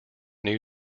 new